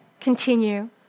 continue